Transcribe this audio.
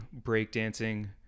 breakdancing